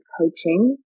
coaching